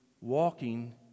walking